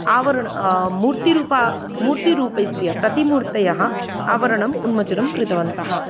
आवरण मूर्तिरुपा मूर्तिरूपस्य प्रतिमूर्तयः आवरणम् उन्मोचनम् कृतवन्तः